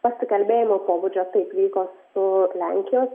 pasikalbėjimo pobūdžio taip vyko su lenkijos